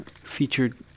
featured